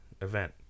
Event